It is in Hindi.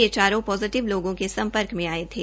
ये चारों पोजिटिव लोगों के सम्पर्क में आये थे